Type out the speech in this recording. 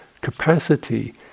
capacity